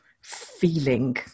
feeling